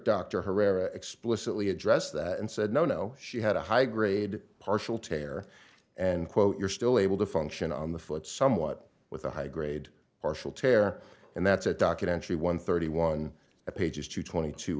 dr herrera explicitly address that and said no no she had a high grade partial tear and quote you're still able to function on the foot somewhat with a high grade partial tear and that's a documentary one thirty one pages two twenty two